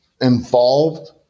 involved